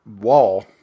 wall